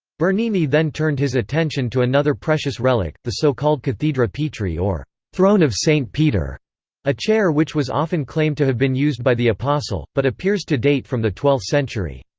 bernini then turned his attention to another precious relic the so-called cathedra petri or throne of st. peter a chair which was often claimed to have been used by the apostle, but appears to date from the twelfth century.